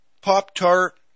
Pop-Tart